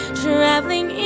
traveling